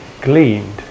gleaned